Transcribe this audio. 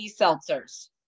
seltzers